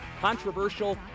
controversial